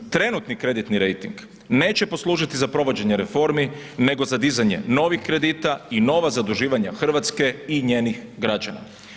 Trenutni kreditni rejting neće poslužiti za provođenje reformi, nego za dizanje novih kredita i nova zaduživanja RH i njenih građana.